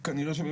החיילים.